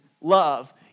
love